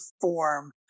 form